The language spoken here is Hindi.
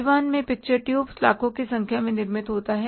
ताइवान में पिक्चर ट्यूब लाखों की संख्या में निर्मित होते हैं